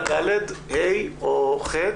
ד', ה' או ח'